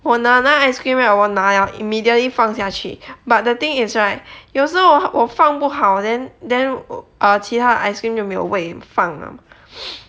我拿那个 ice cream right 我拿了 immediately 放下去 but the thing is right 有时候我放不好 then then err 其他 ice cream 就没有位放了